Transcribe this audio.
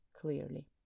clearly